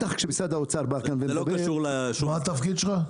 בטח כשמשרד האוצר בא ומדבר -- מה התפקיד שלך?